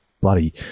bloody